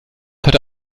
heute